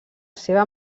seva